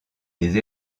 les